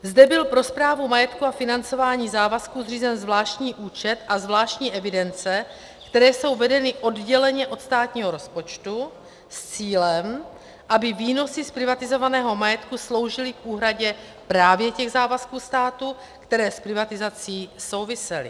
Zde byl pro správu majetku a financování závazků zřízen zvláštní účet a zvláštní evidence, které jsou vedeny odděleně od státního rozpočtu, s cílem, aby výnosy z privatizovaného majetku sloužily k úhradě právě těch závazků státu, které s privatizací souvisely.